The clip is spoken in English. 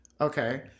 okay